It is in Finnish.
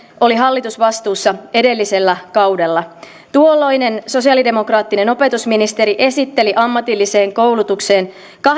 oli hallitusvastuussa edellisellä kaudella tuolloinen sosiaalidemokraattinen opetusministeri esitteli ammatilliseen koulutukseen